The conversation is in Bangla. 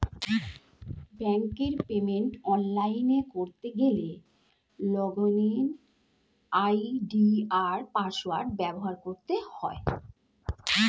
ব্যাঙ্কের পেমেন্ট অনলাইনে করতে গেলে লগইন আই.ডি আর পাসওয়ার্ড ব্যবহার করতে হয়